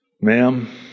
Ma'am